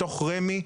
בתוך רמ"י,